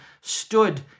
stood